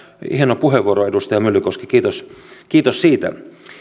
hieno puheenvuoro edustaja myllykoski kiitos kiitos siitä